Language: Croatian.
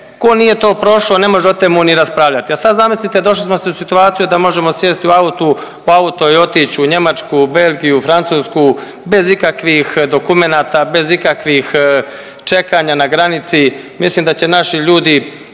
tko nije to prošao, ne može o temu ni raspravljati. A sad zamislite, došli smo u situaciju da možemo sjesti u auto i otići u Njemačku, Belgiju, Francusku bez ikakvih dokumenata, bez ikakvih čekanja na granici, mislim da će naši ljudi